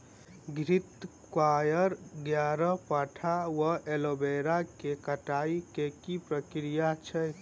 घृतक्वाइर, ग्यारपाठा वा एलोवेरा केँ कटाई केँ की प्रक्रिया छैक?